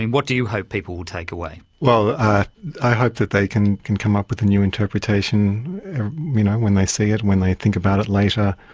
and what do you hope people will take away? i hope that they can can come up with a new interpretation you know when they see it, when they think about it later,